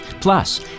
Plus